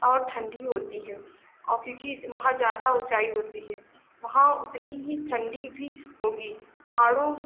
और ठण्डी होती है और क्योंकि वहाँ ज़्यादा ऊँचाई होती है वहाँ उतनी ही ठण्डी भी होगी पहाड़ों